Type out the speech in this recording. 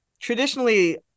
traditionally